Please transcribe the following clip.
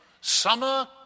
summer